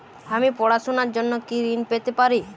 আমি পড়াশুনার জন্য কি ঋন পেতে পারি?